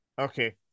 Okay